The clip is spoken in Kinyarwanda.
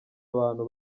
abantu